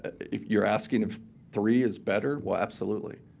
if you're asking if three is better, well, absolutely.